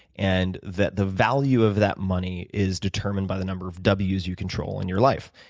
and that the value of that money is determined by the number of w's you control in your life.